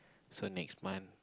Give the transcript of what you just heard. so next month